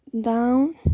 down